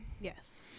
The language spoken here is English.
Yes